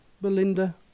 Belinda